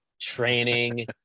training